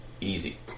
easy